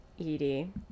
Edie